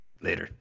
Later